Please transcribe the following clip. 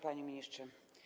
Panie Ministrze!